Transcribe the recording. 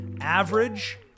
average